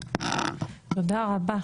תודה רבה